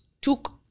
took